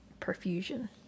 perfusion